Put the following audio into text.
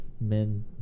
men